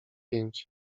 pięć